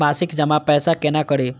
मासिक जमा पैसा केना करी?